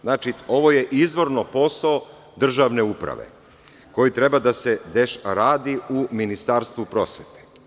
Znači, ovo je izvorno posao državne uprave koji treba da se radi u Ministarstvu prosvete.